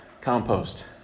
compost